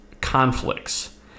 conflicts